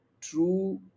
true